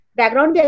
Background